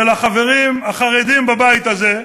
ולחברים החרדים בבית הזה,